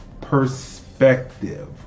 perspective